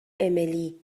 امیلی